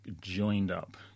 joined-up